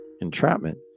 entrapment